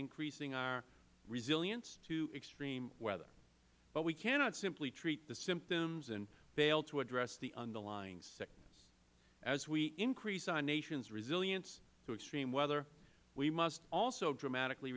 increasing our resilience to extreme weather but we cannot simply treat the symptoms and fail to address the underlying sickness as we increase our nation's resilience to extreme weather we must also dramatically